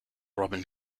robin